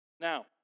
Now